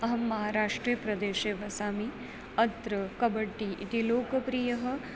अहं महाराष्ट्रप्रदेशे वसामि अत्र कबड्डि इति लोकप्रियः